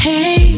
Hey